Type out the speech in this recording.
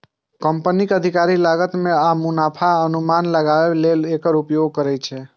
कंपनीक अधिकारी लागत आ मुनाफाक अनुमान लगाबै लेल एकर उपयोग करै छै